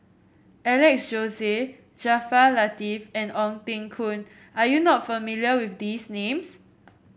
Alex Josey Jaafar Latiff and Ong Teng Koon are you not familiar with these names